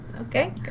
Okay